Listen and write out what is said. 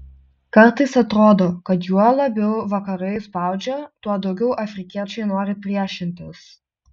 kartais atrodo kad juo labiau vakarai spaudžia tuo daugiau afrikiečiai nori priešintis